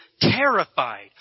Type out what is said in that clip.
terrified